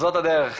זאת הדרך,